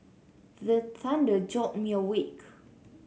the thunder jolt me awake